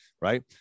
Right